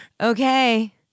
Okay